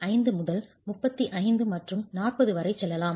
5 முதல் 35 மற்றும் 40 வரை செல்லலாம்